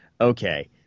okay